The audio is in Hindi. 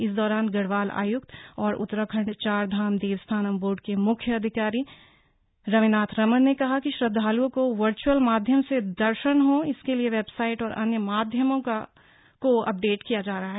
इस दौरान गढ़वाल आयुक्त और उत्तराखंड चारधाम देवस्थानम बोर्ड के मुख्य कार्यकारी अधिकारी रविनाथ रमन ने कहा कि श्रद्वालुओं को वर्चुअल माध्यम से दर्शन हो इसके लिए वेबसाईट और अन्य माध्यमों को अपडेट किया जा रहा है